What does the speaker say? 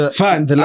fans